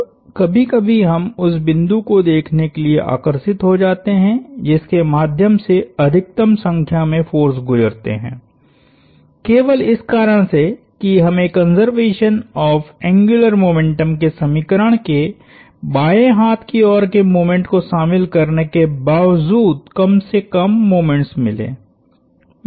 अब कभी कभी हम उस बिंदु को देखने के लिए आकर्षित हो जाते हैं जिसके माध्यम से अधिकतम संख्या में फोर्स गुजरते हैं केवल इस कारण से कि हमें कंज़र्वेशन ऑफ़ एंग्युलर मोमेंटम के समीकरण के बाएं हाथ की ओर के मोमेंट को शामिल करने के बावजूद कम से कम मोमेंट्स मिले